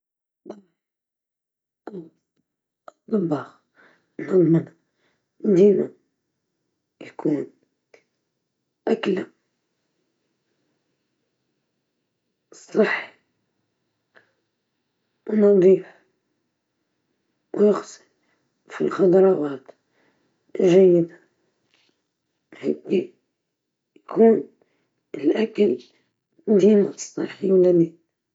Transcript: نفضل النوم، لأنه شيء طبيعي وضروري للجسم والراحة، أما الأكل ممكن نعوضه بحاجات صحية.